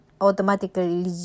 automatically